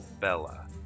Bella